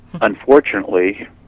unfortunately